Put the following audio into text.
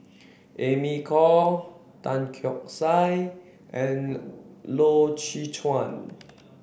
Amy Khor Tan Keong Saik and Loy Chye Chuan